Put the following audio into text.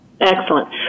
Excellent